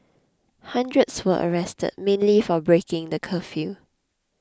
hundreds were arrested mainly for breaking the curfew